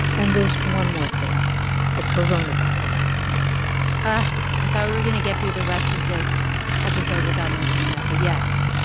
and there's one more thing the coronavirus i thought we were going to get through the rest of this episode without mentioning that. but, yes,